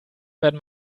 werden